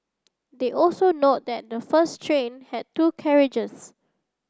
they also note that the first train had two carriages